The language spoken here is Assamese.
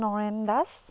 নয়ন দাস